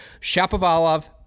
Shapovalov